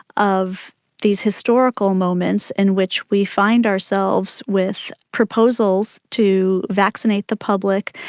of these historical moments in which we find ourselves with proposals to vaccinate the public,